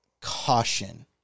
caution